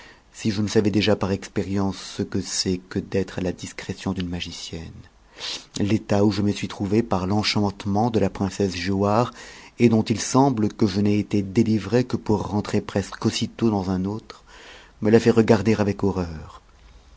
si je ne savais déjà par expérience ce que c'est que d'être à la discrétion d'une magicienne l'état où je me suis trouvé par l'enchantement de la princesse giauhare et dont il semble que je n'ai été délivré que pour rentrer presque aussitôt dans un autre me la fait regarder avec horreur